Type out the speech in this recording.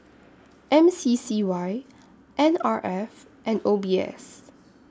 M C C Y N R F and O B S